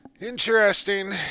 Interesting